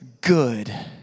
good